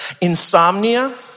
insomnia